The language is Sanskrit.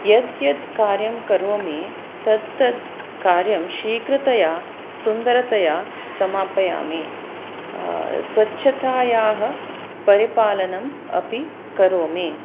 यद्यद् कार्यं करोमि तत् तत् कार्यं शीघ्रतया सुन्दरतया समापयामि स्वच्छतायाः परिपालनम् अपि करोमि